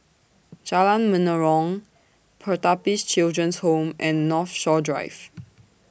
Jalan Menarong Pertapis Children Home and Northshore Drive